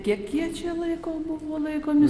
kiek jie čia laiko buvo laikomi